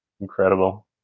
Incredible